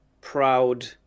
proud